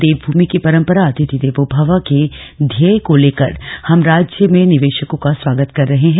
देवमूमि की परम्परा अतिथि देवो भवः के ध्येय को लेकर हम राज्य में निवेशको का स्वागत कर रहे है